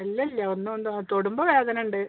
അല്ലല്ല ഒന്നെന്തോ തൊടുമ്പോൾ വേദന ഉണ്ട്